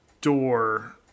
door